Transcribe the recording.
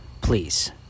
please